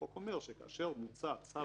החוק אומר שכאשר מוצא צו